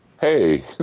hey